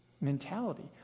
mentality